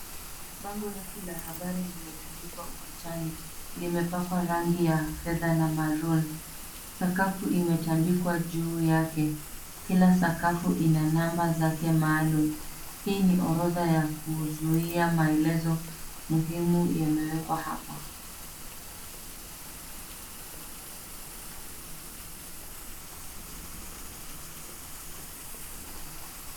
Bango refu la habari limetundikwa ukutani, limepakwa rangi ya fedha na maroon sakafu imetandikwa juu yake, kila sakafu ina namba zake maalum hii ni orodha ya kuzuia maelezo yamewekwa hapa.